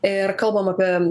ir kalbam apie